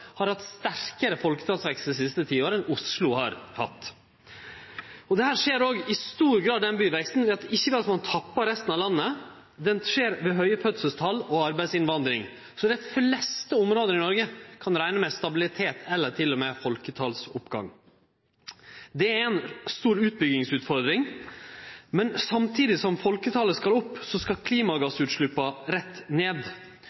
har hatt sterkare folketalsvekst dei siste ti åra enn Oslo har hatt. Denne byveksten skjer – i stor grad – ikkje ved at ein tappar resten av landet, han skjer ved høge fødselstal og arbeidsinnvandring. Dei fleste områda i Noreg kan rekne med stabilitet eller til og med folketalsauke. Det er ei stor utbyggingsutfordring. Samtidig som folketalet skal opp, skal klimagassutsleppa rett ned.